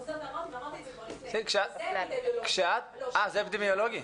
זה אפידמיולוגי.